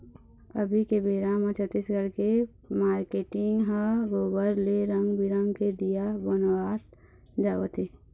अभी के बेरा म छत्तीसगढ़ के मारकेटिंग ह गोबर ले रंग बिंरग के दीया बनवात जावत हे